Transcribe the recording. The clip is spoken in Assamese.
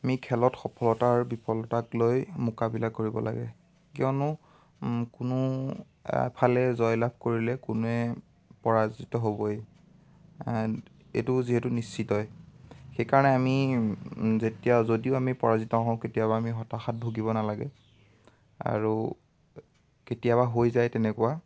আমি খেলত সফলতা আৰু বিফলতাক লৈ মোকাবিলা কৰিব লাগে কিয়নো কোনো ফালে জয় লাভ কৰিলে কোনোৱে পৰাজিত হ'বই এইটো যিহেতু নিশ্চিতই সেইকাৰণে আমি যেতিয়া যদিও আমি পৰাজিত হওঁ কেতিয়াও আমি হতাশাত ভূগিব নালাগে আৰু কেতিয়াবা হৈ যায় তেনেকুৱা